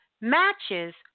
matches